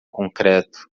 concreto